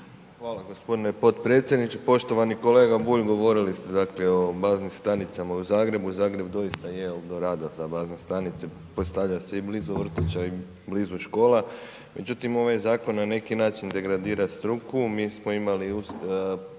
Hvala gospodine podpredsjedniče. Poštovani kolega Bulj govorili ste dakle o baznim stanicama u Zagrebu, Zagreb doista je eldorado za bazne stanice, postavlja se i blizu vrtića, i blizu škola, međutim ovaj Zakon na neki način degradira struku. Mi smo imali prije